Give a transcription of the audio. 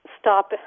stop